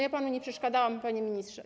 Ja panu nie przeszkadzałam, panie ministrze.